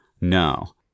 No